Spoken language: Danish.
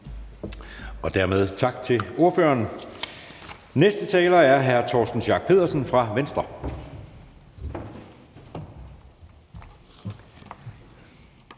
Dermed tak til ordføreren. Næste taler er hr. Torsten Schack Pedersen fra Venstre.